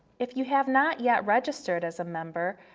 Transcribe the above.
if you have not yet registered as a member,